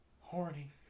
horny